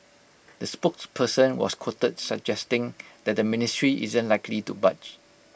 the spokesperson was quoted suggesting that the ministry isn't likely to budge